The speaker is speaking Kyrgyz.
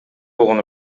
болгон